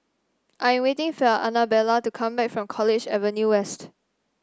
I am waiting for Anabella to come back from College Avenue West